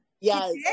yes